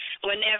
whenever